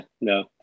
no